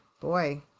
boy